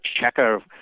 Checker